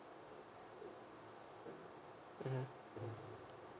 mm mm